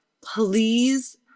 please